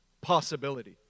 possibility